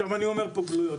עכשיו אני אומר פה גלויות,